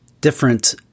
different